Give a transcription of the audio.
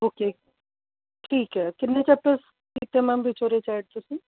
okay ਠੀਕ ਹੈ ਕਿੰਨੇ ਚੈਪਟਰਸ ਕੀਤੇ ਮੈਮ ਵਿਚ ਉਹਦੇ 'ਚ ਐਡ ਤੁਸੀਂ